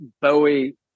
Bowie